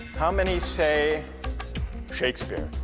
how many say shakespeare?